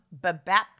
Babap